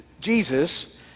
Jesus